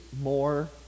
more